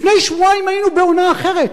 לפני שבועיים היינו בעונה אחרת,